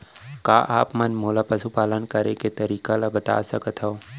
का आप मन मोला पशुपालन करे के तरीका ल बता सकथव?